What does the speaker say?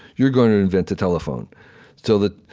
you're going to invent the telephone so the